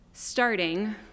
Starting